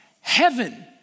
heaven